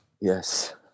Yes